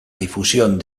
difusión